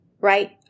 Right